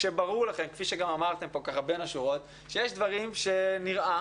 שברור לכם כפי שגם אמרתם בין השורות שיש דברים שנראה,